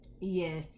Yes